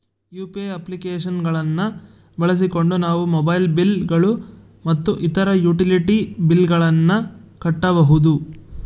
UPI application ಗಳನ್ನ ಬಳಸಿಕೊಂಡು ನಾವು ಮೊಬೈಲ್ ಬಿಲ್ ಗಳು ಮತ್ತು ಇತರ ಯುಟಿಲಿಟಿ ಬಿಲ್ ಗಳನ್ನ ಕಟ್ಟಬಹುದು